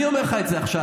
אני אומר לך את זה עכשיו.